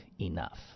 enough